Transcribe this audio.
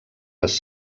les